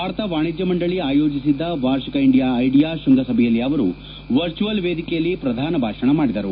ಭಾರತ ವಾಣಿಜ್ಯ ಮಂಡಳಿ ಆಯೋಜಿಸಿದ್ದ ವಾರ್ಷಿಕ ಇಂಡಿಯಾ ಐಡಿಯಾಸ್ ಕೃಂಗಸಭೆಯಲ್ಲಿ ಅವರು ವರ್ಚುವಲ್ ವೇದಿಕೆಯಲ್ಲಿ ಪ್ರಧಾನ ಭಾಷಣ ಮಾಡಿದರು